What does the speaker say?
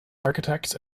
architects